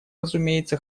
разумеется